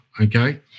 okay